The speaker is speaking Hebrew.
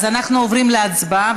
אז אנחנו עוברים להצבעה,